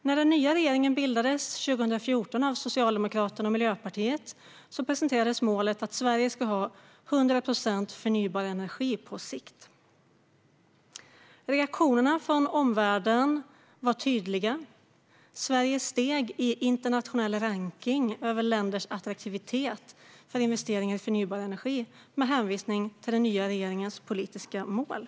När den nya regeringen bildades 2014 av Socialdemokraterna och Miljöpartiet presenterades målet att Sverige skulle ha 100 procent förnybar energi på sikt. Reaktionerna från omvärlden var tydliga. Sverige steg i internationell rankning över länders attraktivitet för investeringar i förnybar energi, med hänvisning till den nya regeringens politiska mål.